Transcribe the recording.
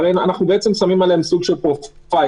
הרי אנחנו בעצם שמים עליהם סוג של פרופיילינג,